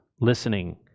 listening